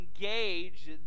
engage